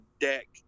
deck